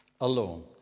alone